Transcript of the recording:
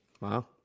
Wow